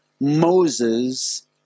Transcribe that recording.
Moses